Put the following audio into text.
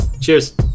Cheers